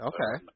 Okay